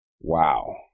Wow